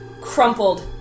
crumpled